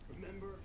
Remember